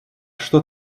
что